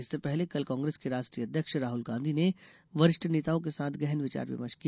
इससे पहले कल कांग्रेस के राष्ट्रीय अध्यक्ष राहुल गांधी ने वरिष्ठ नेताओं के साथ गहन विचार विमर्श किया